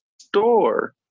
store